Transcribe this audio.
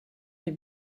les